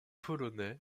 polonais